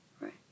right